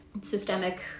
systemic